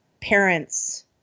parents